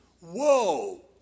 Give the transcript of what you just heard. Whoa